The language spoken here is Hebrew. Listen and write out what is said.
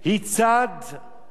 וחתומה על אותה אמנה,